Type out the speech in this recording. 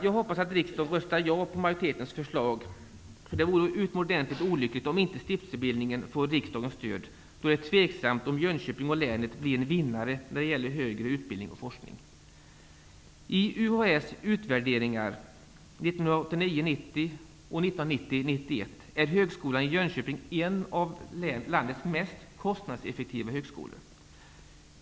Jag hoppas att riksdagen röstar på majoritetens förslag, för det vore utomordentligt olyckligt om inte siftelsebildningen fick riksdagens stöd. Då är det tveksamt om Jönköping och länet blir en ''vinnare'' när det gäller högre utbildning och forskning. Högskolan i Jönköping en av landets mest kostnadseffektiva högskolor.